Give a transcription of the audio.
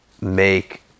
make